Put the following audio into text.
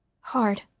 Hard